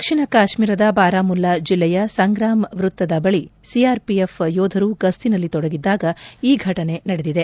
ದಕ್ಷಿಣ ಕಾಶ್ಮೀರದ ಬಾರಮುಲ್ಲಾ ಜಿಲ್ಲೆಯ ಸಂಗ್ರಾಮ್ ವೃತ್ತದ ಬಳಿ ಸಿಆರ್ಪಿಎಫ್ ಯೋಧರು ಗಸ್ತಿನಲ್ಲಿ ತೊಡಗಿದ್ದಾಗ ಈ ಘಟನೆ ನಡೆದಿದೆ